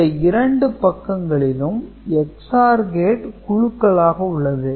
இந்த இரண்டு பக்கங்களிலும் XOR Gate குழுக்களாக உள்ளது